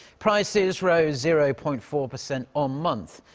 prices rose zero-point-four percent on-month.